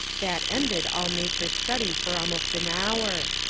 that ended all nature study for al most an hour.